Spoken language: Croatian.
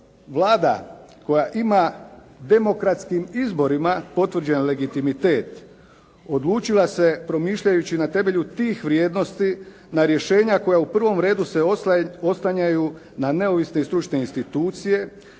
Vlada koja ima demokratskim izborima potvrđen legitimitet odlučila se, promišljajući na temelju tih vrijednosti, na rješenja koja u prvom redu se oslanjaju na neovisne stručne institucije